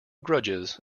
grudges